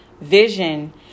vision